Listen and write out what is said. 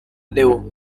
leon